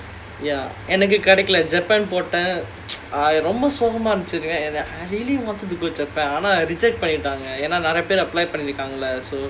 ya எனக்கு கிடைக்கல:enakku kidaikkala japan போட்டேன் அது ரொம்ப சோகமா இருந்துச்சு:pottaen adhu romba sogamaa irunthuchu I really wanted to go japan ஆனா நிறைய பேரு:aanaa niraiya peru apply பண்ணிருக்காங்க:pannirukkaanga lah so